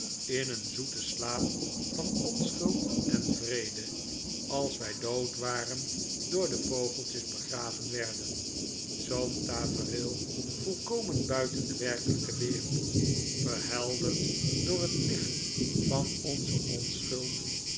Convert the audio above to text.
in een zoeten slaap van onschuld en vrede en als wij dood waren door de vogeltjes begraven werden zoo'n tafereel volkomen buiten de werkelijke wereld verhelderd door het licht van onze onschuld